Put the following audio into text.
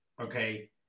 okay